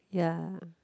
ya